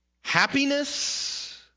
happiness